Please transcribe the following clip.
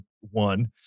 one